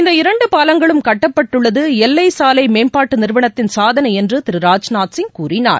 இந்த இரண்டு பாலங்களும் கட்டப்பட்டுள்ளது எல்லை சாலை மேம்பாட்டு நிறுவனத்தின் சாதனை என்று திரு ராஜ்நாத் சிங் கூறினார்